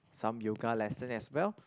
some yoga lesson as well